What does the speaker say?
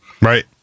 Right